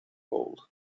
hole